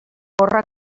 gorra